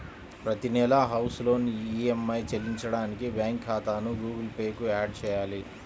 ప్రతి నెలా house loan EMI చెల్లించడానికి బ్యాంకు ఖాతాను గుగుల్ పే కు యాడ్ చేయాలి